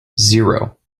zero